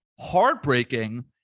heartbreaking